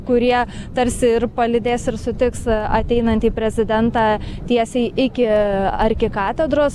kurie tarsi ir palydės ir sutiks ateinantį prezidentą tiesiai iki arkikatedros